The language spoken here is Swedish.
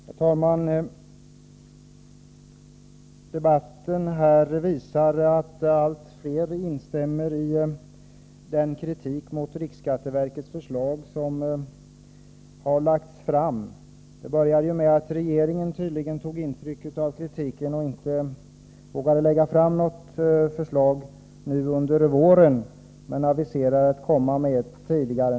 Herr talman! Debatten visar att allt fler instämmer i den kritik som riktats mot riksskatteverkets förslag. Det började ju med att regeringen tydligen tog intryck av kritiken och inte vågade lägga fram något förslag under våren, som man tidigare hade aviserat.